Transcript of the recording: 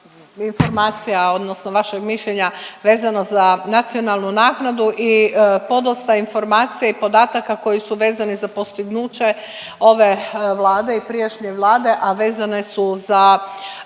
informacija, odnosno vašeg mišljenja vezano za nacionalnu naknadu i podosta informacija i podataka koji su vezani za postignuće ove Vlade i prijašnje vlade, a vezane su za